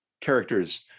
characters